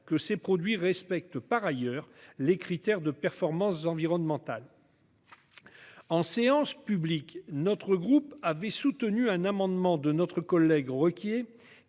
que ces produits respectent des critères de performance environnementale. En séance publique, notre groupe avait soutenu un amendement de notre collègue